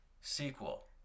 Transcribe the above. Sequel